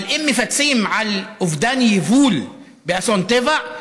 אבל אם מפצים על אובדן יבול באסון טבע,